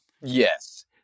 Yes